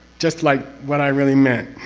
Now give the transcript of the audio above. just like, what i really meant.